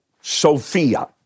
Sophia